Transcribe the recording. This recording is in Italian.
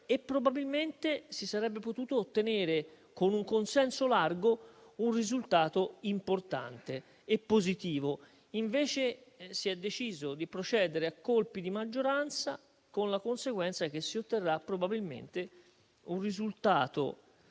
probabilmente si sarebbe potuto ottenere, con un consenso largo, un risultato importante e positivo. Invece, si è deciso di procedere a colpi di maggioranza, con la conseguenza che si otterrà probabilmente un risultato